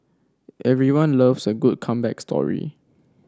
everyone loves a good comeback story